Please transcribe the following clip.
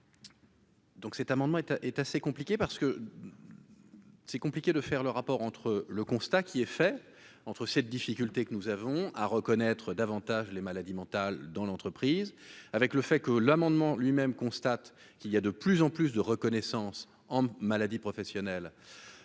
Donc, cet amendement est est assez compliqué parce que c'est compliqué de faire le rapport entre le constat qui est fait entre cette difficulté que nous avons à reconnaître davantage les maladies mentales dans l'entreprise avec le fait que l'amendement lui- même constate qu'il y a de plus en plus de reconnaissance en maladies professionnelles